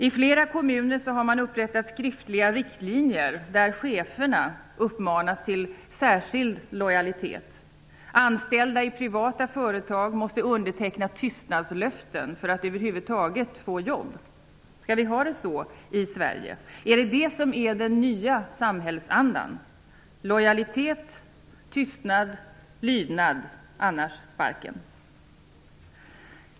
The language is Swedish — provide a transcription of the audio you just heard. I flera kommuner har man upprättat skriftliga riktlinjer där cheferna uppmanas att vara särskilt lojala. Anställda i privata företag måste underteckna tystnadslöften för att över huvud taget få jobb. Skall vi ha det så i Sverige? Är det detta som är den nya samhällsandan; lojalitet, tystnad, lydnad -- annars sparken!